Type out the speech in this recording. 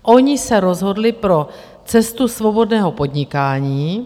Oni se rozhodli pro cestu svobodného podnikání.